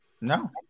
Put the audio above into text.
No